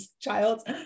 child